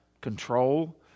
control